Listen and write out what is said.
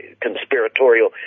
conspiratorial